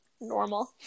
normal